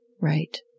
Right